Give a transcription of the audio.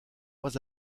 pas